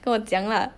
跟我讲 lah